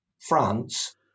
France